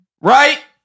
Right